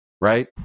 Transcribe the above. right